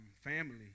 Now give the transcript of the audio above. family